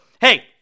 Hey